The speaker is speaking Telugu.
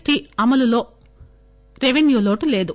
టి అమలులో రెపెన్యూ లోటు లేదు